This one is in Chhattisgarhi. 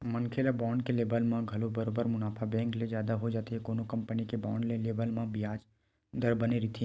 मनखे ल बांड के लेवब म घलो बरोबर मुनाफा बेंक ले जादा हो जाथे कोनो कंपनी के बांड ल लेवब म बियाज दर बने रहिथे